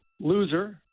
loser